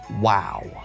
Wow